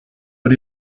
but